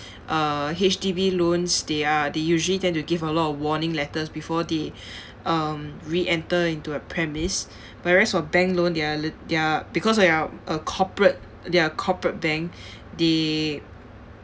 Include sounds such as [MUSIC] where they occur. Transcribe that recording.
[BREATH] uh H_D_B loans they are they usually tend to give a lot of warning letters before they [BREATH] um reenter into a premise whereas for bank loans they're li~ they're because of they're a corporate they are a corporate bank they